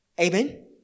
Amen